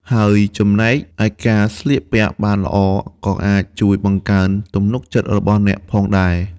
ហើយចំណែកឯការស្លៀកពាក់បានល្អក៏អាចជួយបង្កើនទំនុកចិត្តរបស់អ្នកផងដែរ។